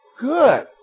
Good